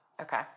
Okay